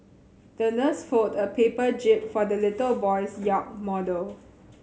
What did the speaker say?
the nurse folded a paper jib for the little boy's yacht model